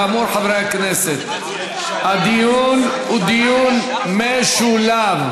כאמור, חברי הכנסת, הדיון הוא דיון משולב.